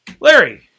Larry